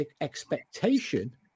expectation